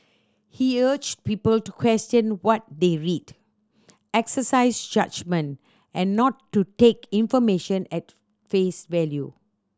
he urged people to question what they read exercise judgement and not to take information at face value